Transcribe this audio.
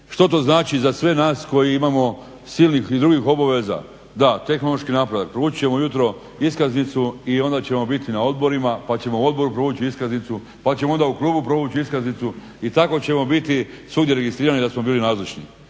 Što to znači za sve nas koji imamo silnih i drugih obaveza? Da, tehnološki napredak, provući ćemo ujutro iskaznicu i onda ćemo biti na odborima, pa ćemo u odboru provući iskaznicu, pa ćemo onda u klubu provući iskaznicu i tako ćemo biti svugdje registrirani da smo bili nazočni.